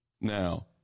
now